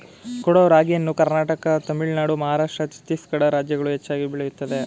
ಕೊಡೋ ರಾಗಿಯನ್ನು ಕರ್ನಾಟಕ ತಮಿಳುನಾಡು ಮಹಾರಾಷ್ಟ್ರ ಛತ್ತೀಸ್ಗಡ ರಾಜ್ಯಗಳು ಹೆಚ್ಚಾಗಿ ಬೆಳೆಯುತ್ತದೆ